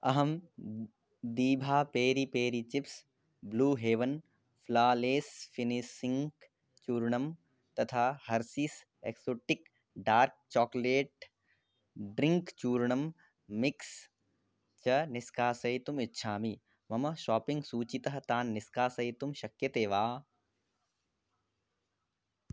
अहं दीभा peri peri chips blue heaven flawless finishing चूर्णं तथा Hershey's exotic dark chocolate drink चूर्णं मिक्स् च निष्कासयितुमिच्छामि मम शाप्पिङ्ग् सूचीतः तान् निष्कासयितुं शक्यते वा